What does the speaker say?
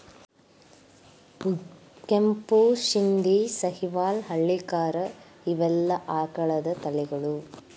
ಕೆಂಪು ಶಿಂದಿ, ಸಹಿವಾಲ್ ಹಳ್ಳಿಕಾರ ಇವೆಲ್ಲಾ ಆಕಳದ ತಳಿಗಳು